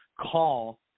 call